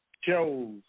shows